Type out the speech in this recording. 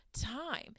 time